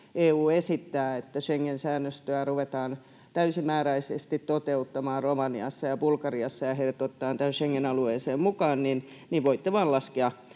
EU esittää, että Schengen-säännöstöä ruvetaan täysimääräisesti toteuttamaan Romaniassa ja Bulgariassa ja heidät otetaan tähän Schengen-alueeseen mukaan, niin voitte vain laskea